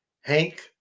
Hank